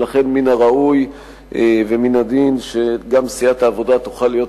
ולכן מן הראוי ומן הדין שגם סיעת העבודה תוכל להיות